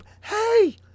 hey